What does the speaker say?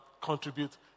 contribute